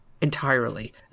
entirely